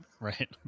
Right